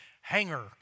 hanger